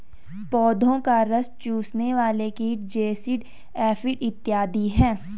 पौधों का रस चूसने वाले कीट जैसिड, एफिड इत्यादि हैं